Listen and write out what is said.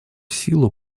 силу